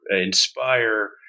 inspire